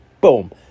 boom